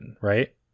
right